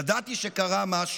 ידעתי שקרה משהו.